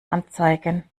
anzeigen